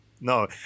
no